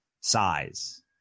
size